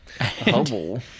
Hubble